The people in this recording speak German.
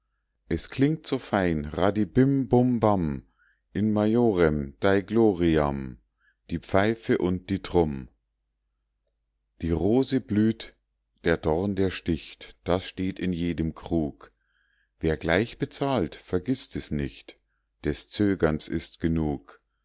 es klingt so fein radibimmbummbamm in majorem dei gloriam die pfeife und die trumm die rose blüht der dorn der sticht das steht in jedem krug wer gleich bezahlt vergißt es nicht des zögerns ist genug